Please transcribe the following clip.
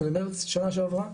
ב-15 למרץ שנה שעברה,